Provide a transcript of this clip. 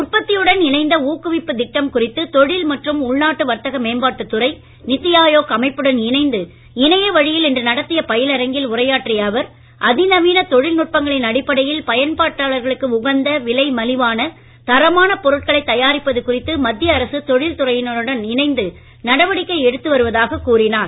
உற்பத்தியுடன் இணைந்த ஊக்குவிப்புத் திட்டம் குறித்து தொழில் மற்றும் உள்நாட்டு வர்த்தக மேம்பாட்டுத் துறை நித்தி ஆயோக் அமைப்புடன் இணைந்து இணையவழியில் இன்று நடத்திய பயிலரங்கில் உரையாற்றிய அவர் அதிநவீனத் தொழில்நுட்பங்களின் அடிப்படையில் பயன்பாட்டாளர்களுக்கு உகந்த விலை மலிவான தரமான பொருட்களைத் தயாரிப்பது குறித்து மத்திய அரசு தொழில் துறையினருடன் இணைந்து நடவடிக்கை எடுத்து வருவதாகக் கூறினார்